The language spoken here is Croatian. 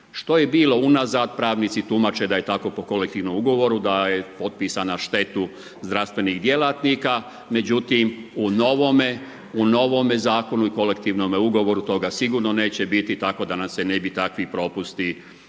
Što je bilo unazad, pravnici tumače da je tako po kolektivnom ugovoru, da je otpisa na štetu zdravstvenih djelatnika međutim u novome zakonu i kolektivnom ugovoru, toga sigurno neće biti tako da nam se ne bi takvi propusti